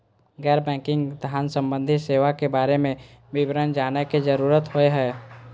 गैर बैंकिंग धान सम्बन्धी सेवा के बारे में विवरण जानय के जरुरत होय हय?